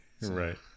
Right